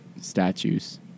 statues